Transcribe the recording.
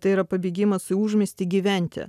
tai yra pabėgimas į užmiestį gyventi